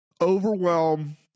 overwhelm